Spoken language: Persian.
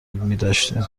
میداشتیم